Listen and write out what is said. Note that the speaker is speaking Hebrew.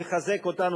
שמחזק אותנו,